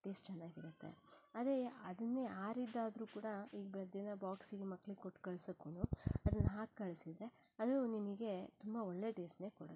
taste ಚೆನ್ನಾಗಿರುತ್ತೆ ಅದೇ ಅದನ್ನೇ ಆರಿದ್ದಾದ್ರೂ ಕೂಡ ಈ ದಿನ ಬಾಕ್ಸಿಗೆ ಮಕ್ಕಳಿಗೆ ಕೊಟ್ಟು ಕಳ್ಸೋಕ್ಕುನೂ ಅದನ್ನು ಹಾಕಿ ಕಳಿಸಿದ್ರೆ ಅದು ನಿಮಗೆ ತುಂಬ ಒಳ್ಳೆಯ ಟೇಸ್ಟ್ನೇ ಕೊಡತ್ತೆ